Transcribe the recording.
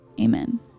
amen